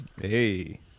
Hey